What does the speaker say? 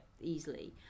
easily